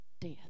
death